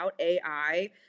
AI